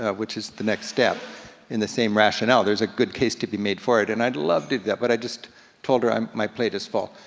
which is the next step in the same rationale. there's a good case to be made for it, and i'd love to do that, but i just told her um my plate is full.